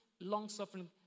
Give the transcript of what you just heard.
long-suffering